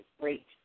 great